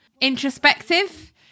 Introspective